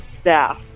staff